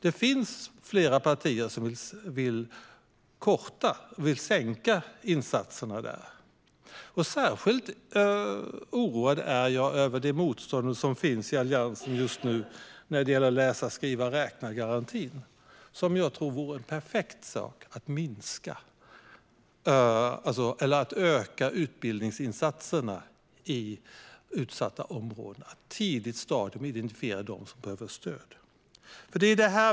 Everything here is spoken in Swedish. Det finns flera partier som vill minska de insatserna. Särskilt oroad är jag över det motstånd som finns i Alliansen just nu när det gäller läsa-skriva-räkna-garantin. Jag tror att den vore perfekt för att öka utbildningsinsatserna i utsatta områden och på ett tidigt stadium identifiera dem som behöver stöd.